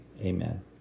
Amen